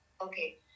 Okay